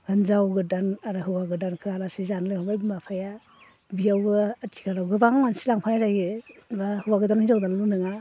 हिनजाव गोदान आरो हौवा गोदानखौ आलासि जानो लिंहरबाय बिमा बिफाया बेयावबो आथिखालाव गोबां मानसि लांफानाय जायो एबा हौवा गोदान हिनजाव गोदानल' नङा